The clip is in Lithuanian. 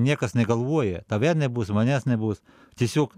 niekas negalvoja tave nebus manęs nebus tiesiog